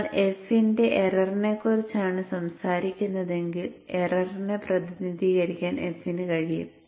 നിങ്ങൾ f ന്റെ എററിനെക്കുറിച്ചാണ് സംസാരിക്കുന്നതെങ്കിൽ എററിനെ പ്രതിനിധീകരിക്കാൻ f ന് കഴിയും